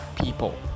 people